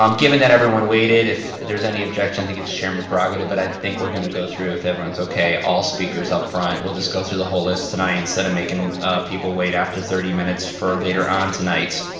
um given that everyone waited, if there's any objection, i think it's chairman prerogative but i think we're gonna go through if everyone's okay all speakers up front. we'll just go through the whole list tonight instead of making people wait after thirty minutes for later on tonight.